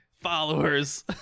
followers